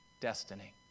destiny